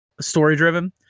story-driven